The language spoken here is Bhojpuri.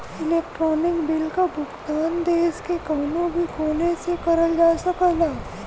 इलेक्ट्रानिक बिल क भुगतान देश के कउनो भी कोने से करल जा सकला